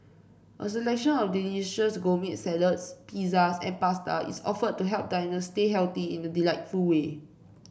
a selection of delicious gourmet salads pizzas and pasta is offered to help diners stay healthy in a delightful way